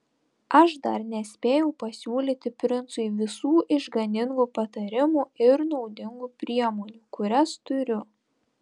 aš dar nespėjau pasiūlyti princui visų išganingų patarimų ir naudingų priemonių kurias turiu